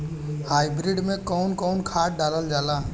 Hybrid में कउन कउन खाद डालल जाला?